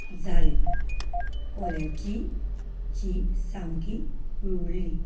जालें कोल्याची जीब सामकी हुळहुळ्ळी